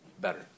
better